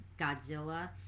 godzilla